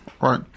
Right